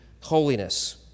holiness